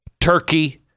Turkey